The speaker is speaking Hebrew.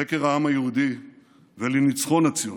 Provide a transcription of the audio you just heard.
חקר העם היהודי וניצחון הציונות.